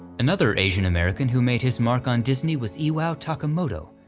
another asian-american who made his mark on disney was iwao takamoto,